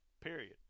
period